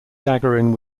gagarin